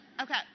Okay